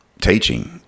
teaching